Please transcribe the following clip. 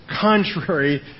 contrary